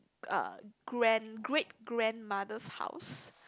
uh grand great grandmother's house